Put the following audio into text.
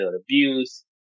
abuse